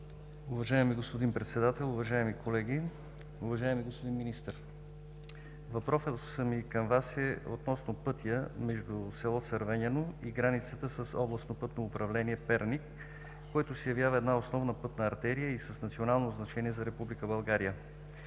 Уважаеми господин Председател, уважаеми колеги! Уважаеми господин Министър, въпросът ми към Вас е относно пътя между село Цървеняно и границата с Областно пътно управление – Перник, който се явява основна пътна артерия с национално значение за Република България.